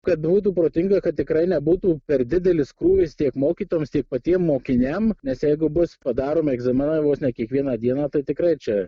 kad būtų protinga kad tikrai nebūtų per didelis krūvis tiek mokytojams tiek patiem mokiniam nes jeigu bus padaromi egzaminai vos ne kiekvieną dieną tai tikrai čia